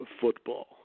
football